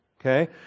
Okay